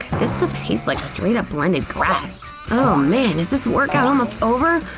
this stuff tastes like straight up blended grass! oh man! is this workout almost over?